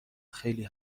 خیلی